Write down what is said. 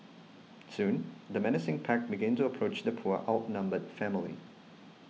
soon the menacing pack began to approach the poor outnumbered family